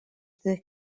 the